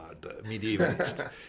medievalist